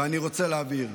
ואני רוצה להבהיר,